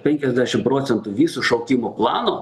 penkiasdešim procentų viso šaukimo plano